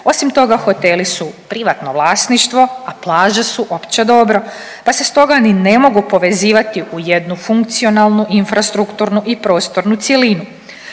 Osim toga hoteli su privatno vlasništvo, a plaže su opće dobro pa se stoga ni ne mogu povezivati u jednu funkcionalnu infrastrukturnu i prostornu cjelinu.